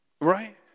Right